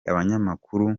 abanyamakuru